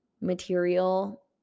material